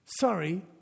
Sorry